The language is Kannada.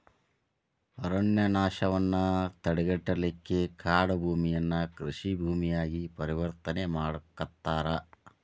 ಅರಣ್ಯನಾಶವನ್ನ ತಡೆಗಟ್ಟಲಿಕ್ಕೆ ಕಾಡುಭೂಮಿಯನ್ನ ಕೃಷಿ ಭೂಮಿಯಾಗಿ ಪರಿವರ್ತನೆ ಮಾಡಾಕತ್ತಾರ